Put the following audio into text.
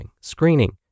screening